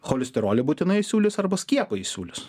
cholesterolio būtinai siūlys arba skiepą įsiūlys